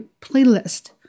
playlist